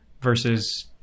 versus